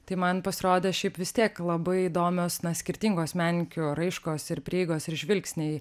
tai man pasirodė šiaip vis tiek labai įdomios skirtingos menininkių raiškos ir prieigos ir žvilgsniai